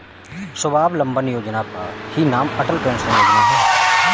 स्वावलंबन योजना का ही नाम अटल पेंशन योजना है